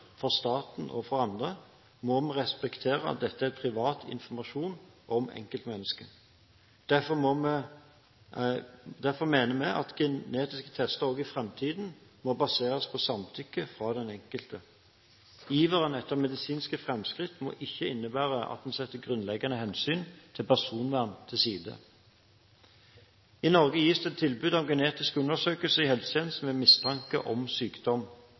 staten og andre, må vi respektere at dette er privat informasjon om enkeltmennesket. Derfor mener vi at genetiske tester også i framtiden må baseres på samtykke fra den enkelte. Iveren etter medisinske framskritt må ikke innebære at en setter grunnleggende hensyn til personvern til side. I Norge gis det tilbud om genetisk undersøkelse i helsetjenesten ved mistanke om sykdom.